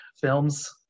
films